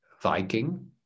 Viking